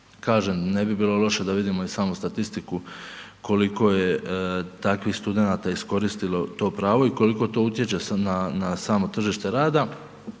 Kažem, ne bi bilo loše da vidimo i samu statistiku koliko je takvih studenata iskoristilo to pravo i koliko to utječe na samo tržište rada.